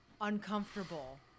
uncomfortable